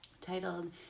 titled